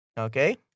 Okay